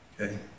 Okay